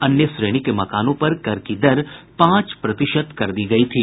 अन्य श्रेणी के मकानों पर कर की दर पांच प्रतिशत कर दी गयी थी